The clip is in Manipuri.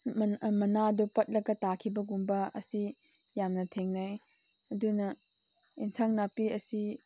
ꯃꯅꯥꯗꯣ ꯄꯠꯂꯒ ꯇꯥꯈꯤꯕꯒꯨꯝꯕ ꯑꯁꯤ ꯌꯥꯝꯅ ꯊꯦꯡꯅꯩ ꯑꯗꯨꯅ ꯑꯦꯟꯁꯥꯡ ꯅꯥꯄꯤ ꯑꯁꯤ